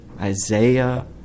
Isaiah